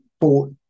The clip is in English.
bought